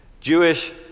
Jewish